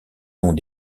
ont